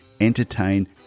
entertain